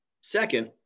Second